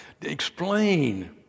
Explain